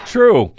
True